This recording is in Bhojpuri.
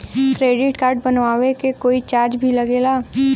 क्रेडिट कार्ड बनवावे के कोई चार्ज भी लागेला?